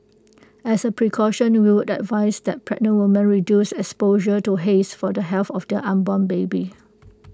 as A precaution we would advise that pregnant women reduce exposure to haze for the health of their unborn baby